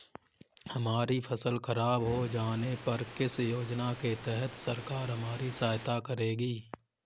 हमारी फसल खराब हो जाने पर किस योजना के तहत सरकार हमारी सहायता करेगी?